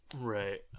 right